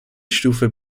stufe